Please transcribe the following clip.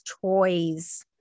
toys